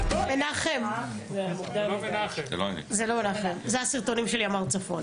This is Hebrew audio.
מנחם מימ"ר צפון,